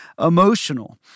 emotional